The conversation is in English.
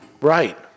Right